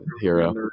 hero